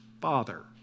father